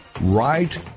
Right